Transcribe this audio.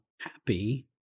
happy